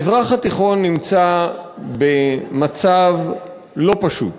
המזרח התיכון נמצא במצב לא פשוט,